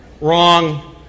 Wrong